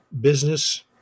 business